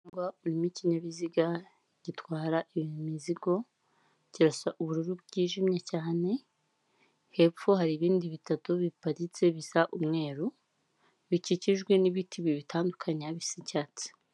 Umuhanda urimo ikinyabiziga gitwara imizigo, kirasa ubururu bwijimye cyane, hepfo hari ibindi bitatu biparitse bisa umweru, bikikijwe n'ibiti bibitandukanya bisa icyatsi.